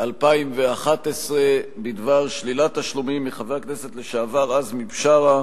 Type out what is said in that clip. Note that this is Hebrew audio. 2011 בדבר שלילת תשלומים מחבר הכנסת לשעבר עזמי בשארה,